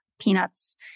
peanuts